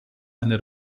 eine